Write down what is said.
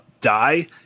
die